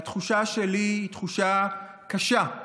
והתחושה שלי היא תחושה קשה,